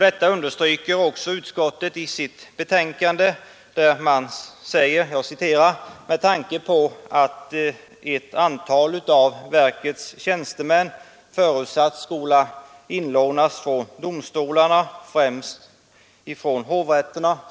Detta understryker utskottet i sitt betänkande där man säger: ”med tanke på att ett antal av verkets tjänstemän förutsatts skola ”inlånas” från domstolarna, främst hovrätterna”.